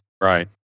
Right